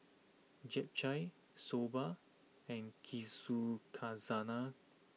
Japchae Soba and Yakizakana